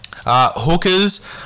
Hookers